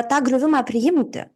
tą griuvimą priimti